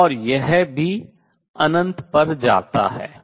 और यह भी ∞ पर जाता है